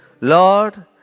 Lord